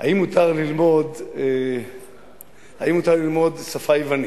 האם מותר ללמוד את השפה היוונית,